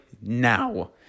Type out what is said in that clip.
now